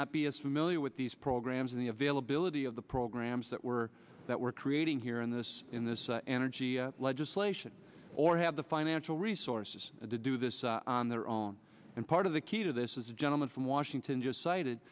not be as familiar with these programs and the availability of the programs that we're that we're creating here in this in this energy legislation or have the financial resources to do this on their own and part of the key to this is the gentleman from washington just cited